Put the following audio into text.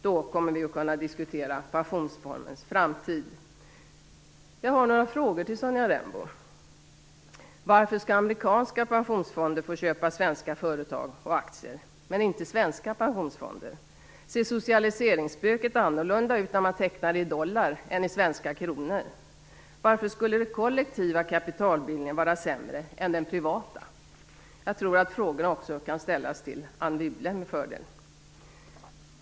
Då kommer vi att kunna diskutera pensionsreformens framtid. Ser socialiseringsspöket annorlunda ut när man tecknar det i dollar än i svenska kronor? Varför skulle den kollektiva kapitalbildningen vara sämre än den privata? Jag tror att frågorna med fördel också kan ställas till Anne Wibble.